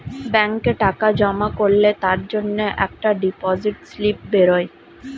ব্যাংকে টাকা জমা করলে তার জন্যে একটা ডিপোজিট স্লিপ বেরোয়